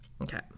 Okay